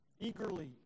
eagerly